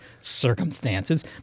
circumstances